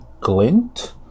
Glint